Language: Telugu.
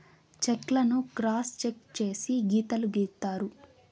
చెక్ లను క్రాస్ చెక్ చేసి గీతలు గీత్తారు